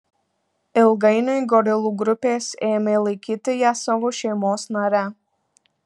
ilgainiui gorilų grupės ėmė laikyti ją savo šeimos nare